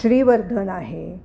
श्रीवर्धन आहे